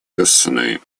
ясны